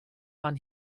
man